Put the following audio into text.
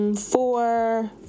Four